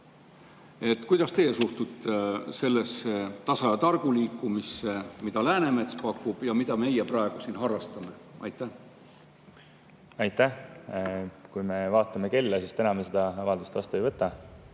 Kuidas teie suhtute sellesse tasa ja targu liikumisse, mida Läänemets pakub ja mida meie praegu siin harrastame? Aitäh! Kui me vaatame kella, siis [näeme, et] täna me seda avaldust vastu ei võta,